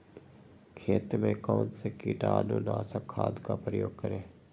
खेत में कौन से कीटाणु नाशक खाद का प्रयोग करें?